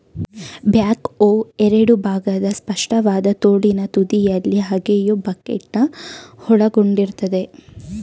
back ಹೋ ಎರಡು ಭಾಗದ ಸ್ಪಷ್ಟವಾದ ತೋಳಿನ ತುದಿಯಲ್ಲಿ ಅಗೆಯೋ ಬಕೆಟ್ನ ಒಳಗೊಂಡಿರ್ತದೆ